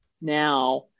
now